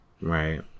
Right